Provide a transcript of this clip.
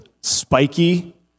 Spiky